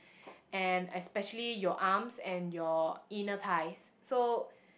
and especially your arms and your inner thighs so